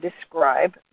describe